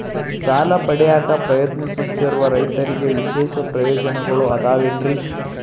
ಸಾಲ ಪಡೆಯಾಕ್ ಪ್ರಯತ್ನಿಸುತ್ತಿರುವ ರೈತರಿಗೆ ವಿಶೇಷ ಪ್ರಯೋಜನಗಳು ಅದಾವೇನ್ರಿ?